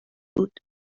بود